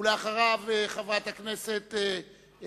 ואחריו, חברת הכנסת,